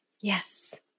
Yes